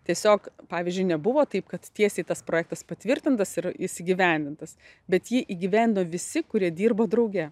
tiesiog pavyzdžiui nebuvo taip kad tiesiai tas projektas patvirtintas ir jis įgyvendintas bet jį įgyvendino visi kurie dirbo drauge